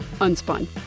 Unspun